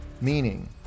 meaning